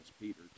Peter